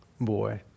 boy